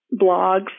blogs